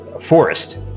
forest